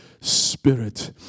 spirit